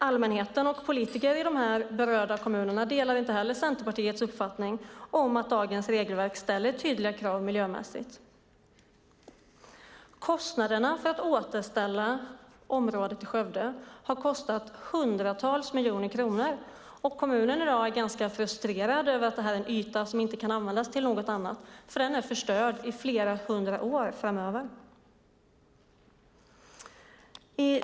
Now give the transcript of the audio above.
Allmänheten och politikerna i de berörda kommunerna delar inte Centerpartiets uppfattning att dagens regelverk ställer miljömässigt tillräckliga krav. Kostnaderna för att återställa området i Skövde har uppgått till hundratals miljoner kronor, och kommunen är i dag ganska frustrerad över att det är en yta som inte kan användas till någonting annat. Den är förstörd för flera hundra år framöver.